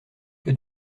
que